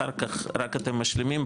אחר כך רק אתם משלימים,